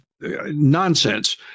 nonsense